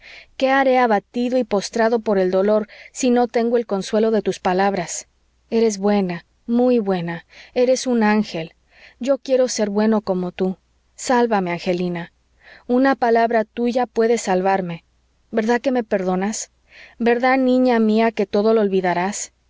qué haré abatido y postrado por el dolor si no tengo el consuelo de tus palabras eres buena muy buena eres un ángel yo quiero ser bueno como tú sálvame angelina una palabra tuya puede salvarme verdad que me perdonas verdad niña mía que todo lo